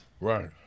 Right